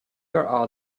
are